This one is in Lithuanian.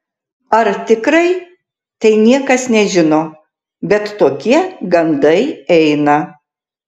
ar tikrai tai niekas nežino bet tokie gandai eina